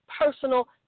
personal